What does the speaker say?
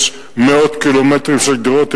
יש מאות קילומטרים של גדרות,